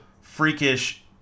freakish